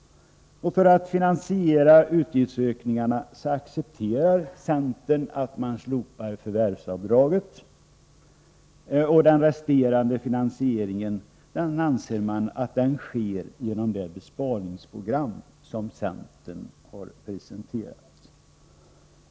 För att finansiera utgiftsökningarna accepterar centern att man slopar förvärvsavdraget, och den resterande finansieringen sker, anser man, genom det besparingsprogram som centern har presenterat.